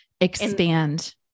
expand